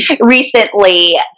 recently